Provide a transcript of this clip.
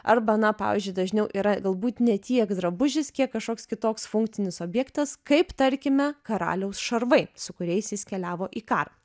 arba na pavyzdžiui dažniau yra galbūt ne tiek drabužis kiek kažkoks kitoks funkcinis objektas kaip tarkime karaliaus šarvai su kuriais jis keliavo į karą